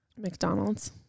McDonald's